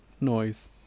noise